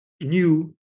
new